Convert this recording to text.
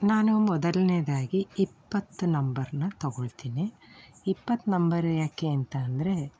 ನಾನು ಮೊದಲನೇದಾಗಿ ಇಪ್ಪತ್ತು ನಂಬರನ್ನ ತಗೊಳ್ತೀನಿ ಇಪ್ಪತ್ತು ನಂಬರ್ ಯಾಕೆ ಅಂತ ಅಂದರೆ